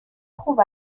خوب